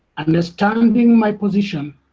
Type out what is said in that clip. understanding my position,